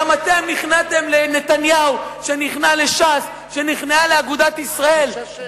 גם אתם נכנעתם לנתניהו שנכנע לש"ס שנכנעה לאגודת ישראל.